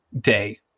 day